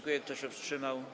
Kto się wstrzymał?